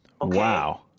Wow